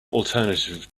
alternative